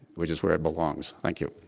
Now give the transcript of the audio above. which is where it belongs. thank you.